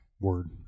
word